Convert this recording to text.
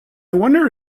wonder